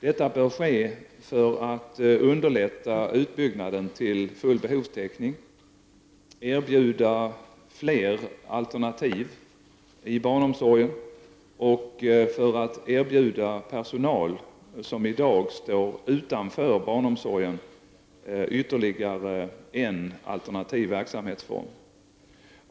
Detta bör ske för att underlätta utbyggnaden till full behovstäckning, erbjuda fler alternativ i barnomsorgen och för att erbjuda personal som i dag står utanför barnomsorgen ytterligare en alternativ verksamhetsform.